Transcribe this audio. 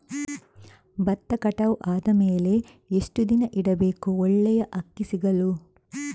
ಭತ್ತ ಕಟಾವು ಆದಮೇಲೆ ಎಷ್ಟು ದಿನ ಇಡಬೇಕು ಒಳ್ಳೆಯ ಅಕ್ಕಿ ಸಿಗಲು?